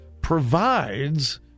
provides